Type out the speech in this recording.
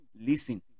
listen